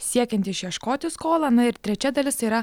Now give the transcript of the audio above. siekiant išieškoti skolą na ir trečia dalis tai yra